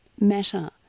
matter